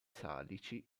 salici